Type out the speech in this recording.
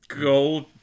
Gold